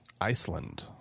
Iceland